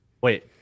Wait